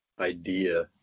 idea